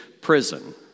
prison